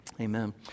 amen